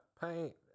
paint